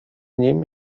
nim